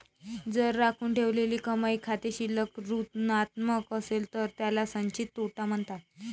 जर राखून ठेवलेली कमाई खाते शिल्लक ऋणात्मक असेल तर त्याला संचित तोटा म्हणतात